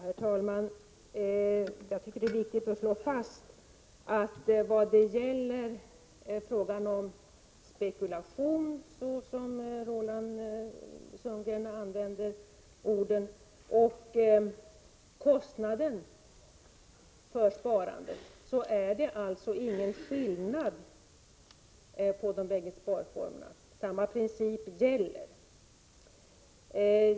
Herr talman! Jag tycker det är viktigt att slå fast att i fråga om ”spekulation”, som Roland Sundgren kallar det, och kostnaden för sparandet är det ingen skillnad mellan de bägge sparformerna. Samma princip gäller.